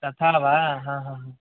तथा वा ह ह ह